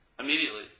Immediately